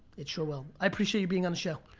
it sure will. i appreciate you being on the show.